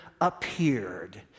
appeared